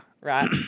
Right